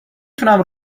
تونم